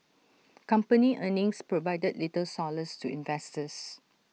company earnings provided little solace to investors